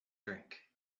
drink